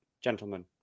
gentlemen